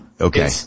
okay